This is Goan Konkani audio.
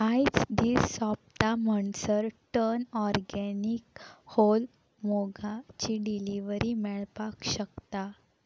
आयज दीस सोंपता म्हणसर टन ऑरगॅनिक होल मोगाची डिलिव्हरी मेळपाक शकता